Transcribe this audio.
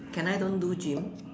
can I don't do gym